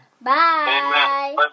Bye